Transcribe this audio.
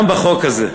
זה גם בחוק הזה.